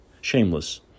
shameless